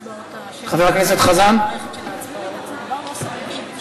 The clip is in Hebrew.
חבר הכנסת חזן, שלוש דקות לרשות אדוני.